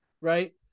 Right